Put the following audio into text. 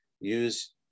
use